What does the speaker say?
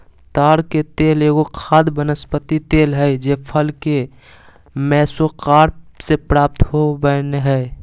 ताड़ के तेल एगो खाद्य वनस्पति तेल हइ जे फल के मेसोकार्प से प्राप्त हो बैय हइ